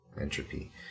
entropy